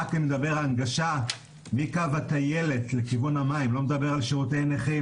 רק אם נדבר על הנגשה מקו הטיילת לכיוון המים לא מדבר על שירותי נכים,